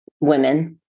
women